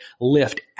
lift